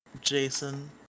Jason